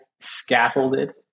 scaffolded